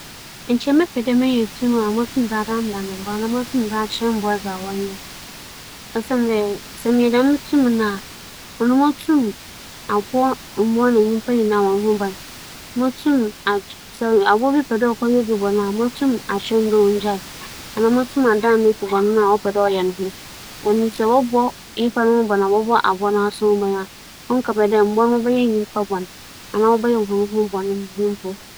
Mebɛpɛ dɛ mebenya tum a medze bɛdandan mbowa kyɛn dɛ mebenya tum a medze bɛdandan efir. Siantsir nye dɛ, mbowa akɛse a wͻwo wͻ nwura mu tse dɛ gyata, nwͻ, sebͻ na adze no, memmfa m'enyi nnhu bi da ntsi sɛ minya dɛm tum no a, nkyɛ mebɛma hͻn nyinara abɛn me wͻ faakor na adzekyee biara makͻ akͻhwɛ mbrɛ wosi bͻ hͻn bra si fa.